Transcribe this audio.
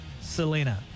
Selena